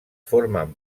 formen